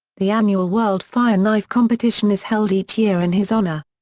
the annual world fire knife competition is held each year in his honor.